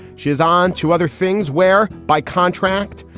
she is on to other things where by contract,